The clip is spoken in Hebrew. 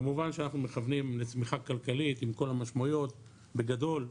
כמובן שאנחנו מכוונים לצמיחה כלכלית עם כל המשמעויות בגדול,